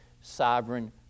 sovereign